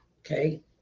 Okay